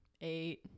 eight